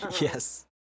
yes